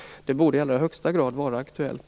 Det borde i allra högsta grad vara aktuellt.